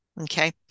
okay